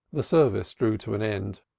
the service drew to an end.